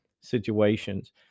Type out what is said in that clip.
situations